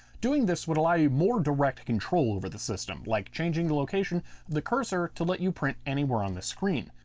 doing this would allow you more direct control over the system like changing the location of the cursor to let you print anywhere on the screen.